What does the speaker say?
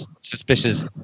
suspicious